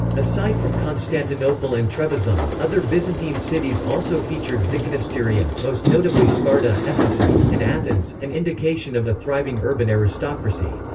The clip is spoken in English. aside from constantinople and trebizond, other byzantine cities also featured tzykanisteria, most notably sparta, ephesus, and athens, an indication of a thriving urban aristocracy.